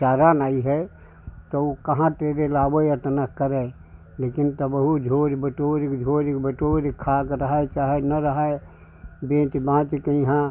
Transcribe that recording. चारा नहीं है तो कहाँ से लाएगा इतना करेगा लेकिन तब भी झार बटोरकर झारकर बटोर खाने को रहे चाहे न रहे बेच बाँचकर यहाँ